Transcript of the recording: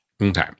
Okay